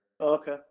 okay